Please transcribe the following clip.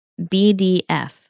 BDF